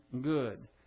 good